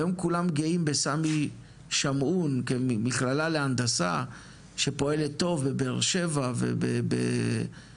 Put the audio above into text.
היום כולם גאים בסמי שמעון כמכללה להנדסה שפועלת טוב בבאר שבע ובאשדוד,